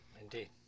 Indeed